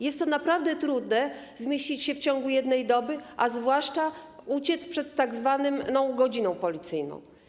Jest to naprawdę trudne, by zmieścić się w ciągu jednej doby, a zwłaszcza uciec przed tzw. godziną policyjną.